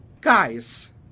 guys